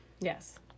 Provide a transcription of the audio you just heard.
Yes